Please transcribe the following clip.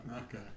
okay